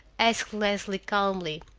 asked leslie calmly,